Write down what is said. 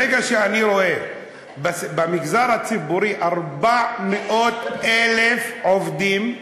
ברגע שאני רואה במגזר הציבורי 400,000 עובדים,